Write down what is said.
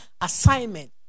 assignment